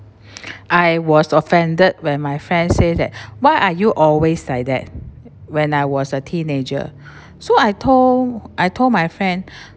I was offended when my friend said that why are you always like that when I was a teenager so I told I told my friend